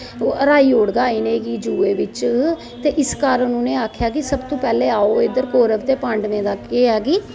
हराई ओड़गा इन्हेंगी जुए बिच ते इस कारण उनें आखेआ कि तू पहले आओ इद्धर कौरव ते पांडवें दा के है कि